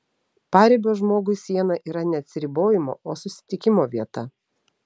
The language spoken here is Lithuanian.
paribio žmogui siena yra ne atsiribojimo o susitikimo vieta